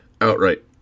outright